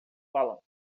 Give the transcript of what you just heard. balanço